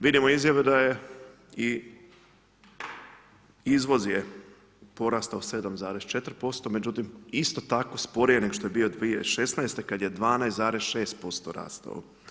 Vidimo izjave da je i izvoz porastao 7,4% međutim isto tako sporije nego što je bio 2016. kada je 12,6% rastao.